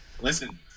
Listen